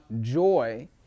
joy